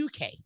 UK